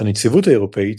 הנציבות האירופית,